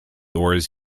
oars